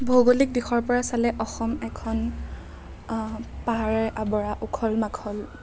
ভৌগোলিক দিশৰপৰা চালে অসম এখন পাহাৰে আৱৰা উখল মাখল